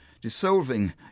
dissolving